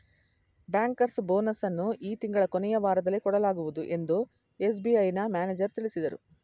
bankers bonus ಅನ್ನು ಈ ತಿಂಗಳ ಕೊನೆಯ ವಾರದಲ್ಲಿ ಕೊಡಲಾಗುವುದು ಎಂದು ಎಸ್.ಬಿ.ಐನ ಮ್ಯಾನೇಜರ್ ತಿಳಿಸಿದರು